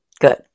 Good